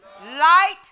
light